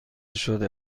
شده